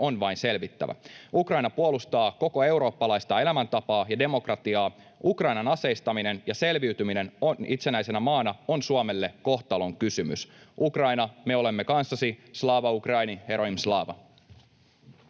on vain selvittävä. Ukraina puolustaa koko eurooppalaista elämäntapaa ja demokratiaa. Ukrainan aseistaminen ja selviytyminen itsenäisenä maana on Suomelle kohtalon kysymys. Ukraina, me olemme kanssasi. Slava Ukraini! Herojam slava!